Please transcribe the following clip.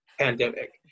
pandemic